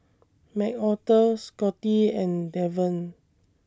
Macarthur Scotty and Deven